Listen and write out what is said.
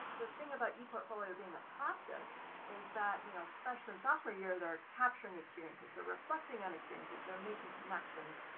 the thing about eportfolio being a process is that, you know, freshmen sophomore year, they're capturing experiences, they're reflecting on experiences, they're making connections,